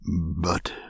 But